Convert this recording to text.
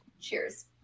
Cheers